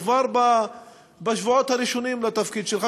כבר בשבועות הראשונים שלך בתפקיד שלך,